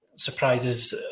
Surprises